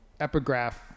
epigraph